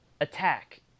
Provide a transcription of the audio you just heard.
attack